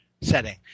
Setting